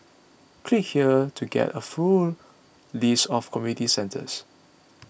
click here to get a full list of community centres